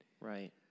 Right